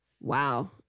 wow